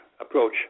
approach